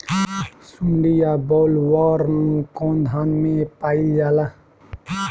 सुंडी या बॉलवर्म कौन पौधा में पाइल जाला?